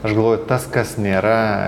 aš galvoju tas kas nėra